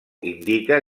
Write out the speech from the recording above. indica